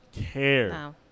care